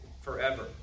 forever